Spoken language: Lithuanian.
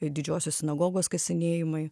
didžiosios sinagogos kasinėjimai